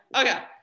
Okay